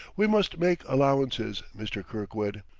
we must make allowances, mr. kirkwood.